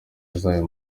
zayo